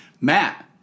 Matt